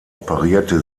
operierte